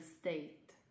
state